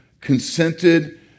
consented